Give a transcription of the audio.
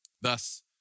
Thus